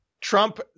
Trump